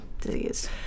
disease